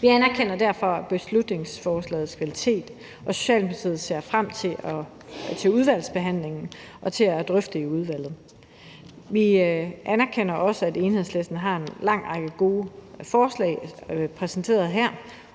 Vi anerkender derfor beslutningsforslagets kvalitet, og Socialdemokratiet ser frem til udvalgsbehandlingen og til at drøfte det i udvalget. Vi anerkender også, at Enhedslisten har præsenteret en lang række gode forslag her,